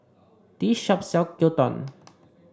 this shop sells Gyudon